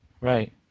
Right